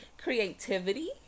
creativity